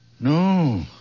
No